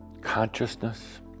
Consciousness